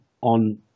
on